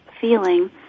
feeling